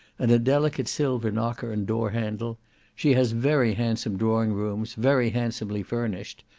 and a delicate silver knocker and door-handle she has very handsome drawing-rooms, very handsomely furnished,